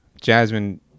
jasmine